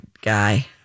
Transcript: guy